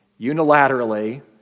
unilaterally